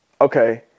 okay